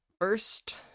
First